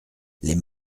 les